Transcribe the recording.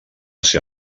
ser